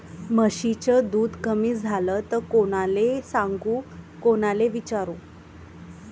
म्हशीचं दूध कमी झालं त कोनाले सांगू कोनाले विचारू?